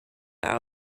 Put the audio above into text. out